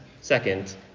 Second